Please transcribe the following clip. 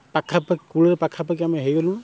କୂଳର ପାଖାପାଖି ଆମେ ହେଇଗଲୁଣୁ